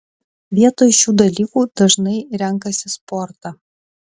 vietoj šių dalykų dažnai renkasi sportą